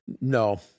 No